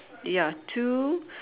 ya two